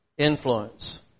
influence